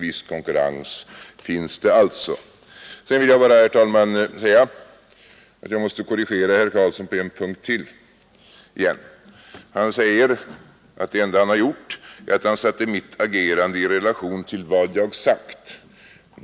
Viss konkurrens finns det alltså. Vidare måste jag, herr talman, korrigera herr Karlsson i Huskvarna på en punkt till. Herr Karlsson säger att det enda han har gjort är att han har satt mitt agerande i relation till vad jag sagt.